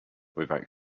without